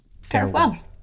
farewell